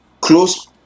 close